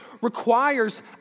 requires